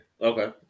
okay